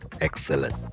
Excellent